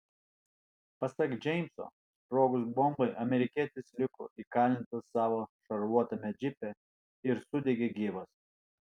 pasak džeimso sprogus bombai amerikietis liko įkalintas savo šarvuotame džipe ir sudegė gyvas